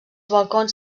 balcons